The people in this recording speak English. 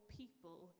people